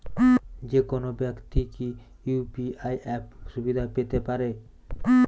যেকোনো ব্যাক্তি কি ইউ.পি.আই অ্যাপ সুবিধা পেতে পারে?